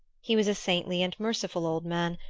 he was a saintly and merciful old man,